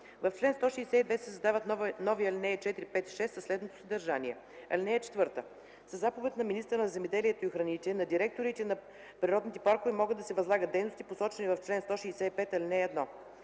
в чл. 162 се създават нови ал. 4, 5 и 6 със следното съдържание: „(4) Със заповед на министъра на земеделието и храните на дирекциите на природните паркове могат да се възлагат дейности, посочени в чл. 165, ал. 1.